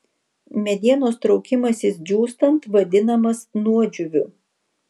medienos traukimasis džiūstant vadinamas nuodžiūviu